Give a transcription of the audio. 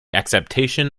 acceptation